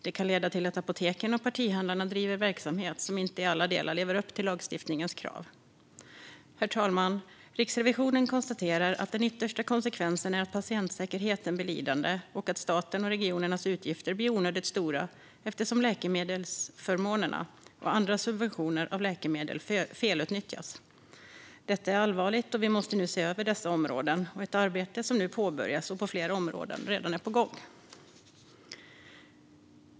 Det kan leda till att apoteken och partihandlarna driver verksamheter som inte i alla delar lever upp till lagstiftningens krav. Herr talman! Riksrevisionen konstaterar att den yttersta konsekvensen är att patientsäkerheten blir lidande och att statens och regionernas utgifter blir onödigt stora eftersom läkemedelsförmånerna och andra subventioner av läkemedel felutnyttjas. Detta är allvarligt. Vi måste se över dessa områden. Ett arbete påbörjas nu och är redan på gång på flera områden.